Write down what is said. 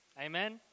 Amen